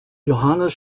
johannes